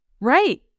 Right